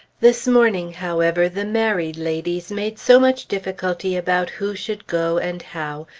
this morning, however, the married ladies made so much difficulty about who should go, and how,